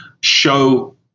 show